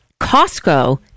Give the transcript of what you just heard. Costco